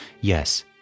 Yes